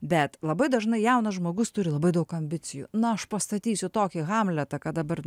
bet labai dažnai jaunas žmogus turi labai daug ambicijų na aš pastatysiu tokį hamletą kad dabar nu